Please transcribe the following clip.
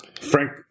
Frank